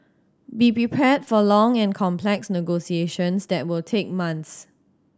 be prepared for long and complex negotiations that will take months